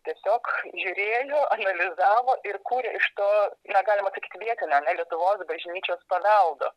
tiesiog žiūrėjo analizavo ir kūrė iš to na galima sakyt vietinio ane lietuvos bažnyčios paveldo